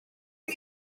the